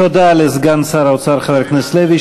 תודה לסגן שר האוצר חבר הכנסת לוי.